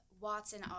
Watson